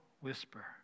whisper